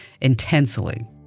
intensely